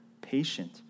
patient